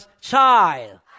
child